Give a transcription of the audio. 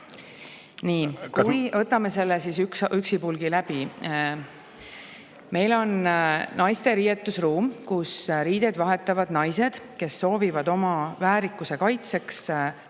Nii, võtame selle üksipulgi läbi. Meil on naiste riietusruum, kus riideid vahetavad naised, kes soovivad oma väärikuse kaitseks vahetada